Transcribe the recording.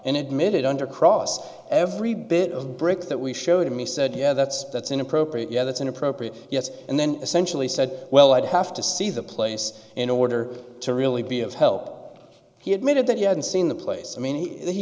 and admitted under cross every bit of brick that we showed him he said yeah that's that's inappropriate yeah that's inappropriate yes and then essentially said well i'd have to see the place in order to really be of help he admitted that he hadn't seen the place i mean he